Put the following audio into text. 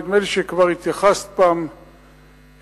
נדמה לי שכבר התייחסת פעם לנושא.